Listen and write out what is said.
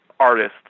artists